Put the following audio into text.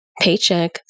paycheck